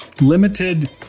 Limited